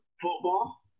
football